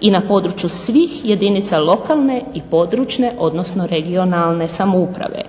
i na području svih jedinica lokalne i područne odnosno regionalne samouprave